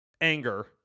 anger